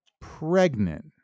pregnant